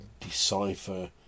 decipher